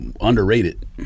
underrated